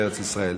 בארץ ישראל.